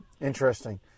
interesting